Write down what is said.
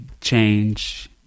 change